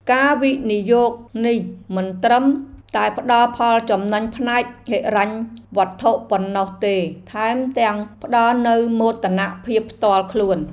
ការវិនិយោគនេះមិនត្រឹមតែផ្តល់ផលចំណេញផ្នែកហិរញ្ញវត្ថុប៉ុណ្ណោះទេថែមទាំងផ្តល់នូវមោទនភាពផ្ទាល់ខ្លួន។